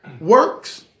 works